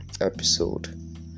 episode